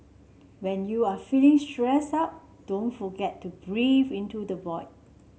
when you are feeling stressed out don't forget to breathe into the void